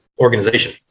organization